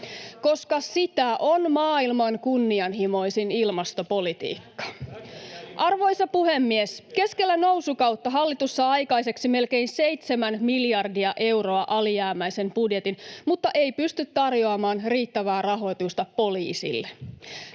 Äkkiä Impivaaraan! Oikein äkkiä!] Arvoisa puhemies! Keskellä nousukautta hallitus saa aikaiseksi melkein 7 miljardia euroa alijäämäisen budjetin, mutta ei pysty tarjoamaan riittävää rahoitusta poliisille.